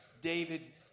David